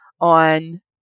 on